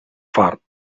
fart